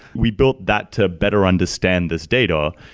we built that to better understand this data.